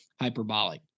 hyperbolic